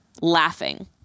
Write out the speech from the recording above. Laughing